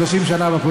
צחי, שלושה ימים.